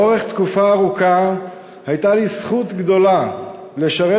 לאורך תקופה ארוכה זו הייתה לי זכות גדולה לשרת